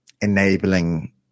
enabling